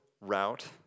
route